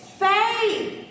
Faith